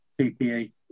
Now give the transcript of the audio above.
PPE